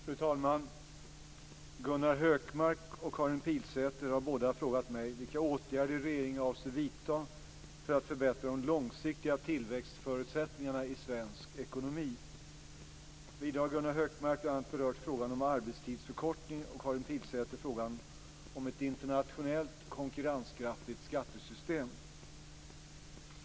Fru talman! Gunnar Hökmark och Karin Pilsäter har båda frågat mig vilka åtgärder regeringen avser vidta för att förbättra de långsiktiga tillväxtförutsättningarna i svensk ekonomi. Vidare har Gunnar Hökmark bl.a. berört frågan om arbetstidsförkortning och Karin Pilsäter frågan om ett internationellt konkurrenskraftigt skattesystem.